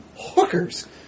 hookers